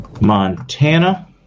Montana